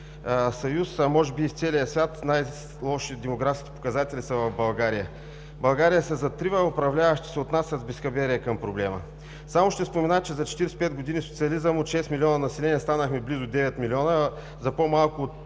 съюз, а може би и в целия свят – са най-лошите демографски показатели. България се затрива, а управляващите се отнасят с безхаберие към проблема. Само ще спомена, че за 45 години социализъм от шест милиона население станахме близо девет милиона, а за по-малко от